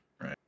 Right